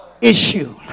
issue